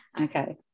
Okay